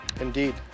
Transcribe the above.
Indeed